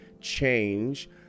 change